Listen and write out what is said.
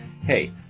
hey